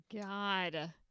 god